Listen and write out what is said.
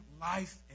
life